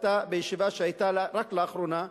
בישיבה שהיתה רק לאחרונה,